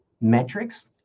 Metrics